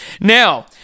Now